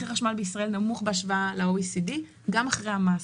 מחיר החשמל בישראל נמוך בהשוואה ל-OECD גם אחרי המס.